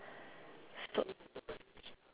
so